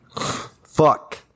Fuck